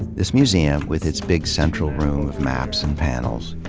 this museum, with its big central room of maps and panels,